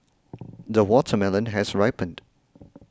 the watermelon has ripened